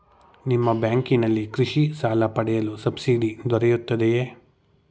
ನಿಮ್ಮ ಬ್ಯಾಂಕಿನಲ್ಲಿ ಕೃಷಿ ಸಾಲ ಪಡೆಯಲು ಸಬ್ಸಿಡಿ ದೊರೆಯುತ್ತದೆಯೇ?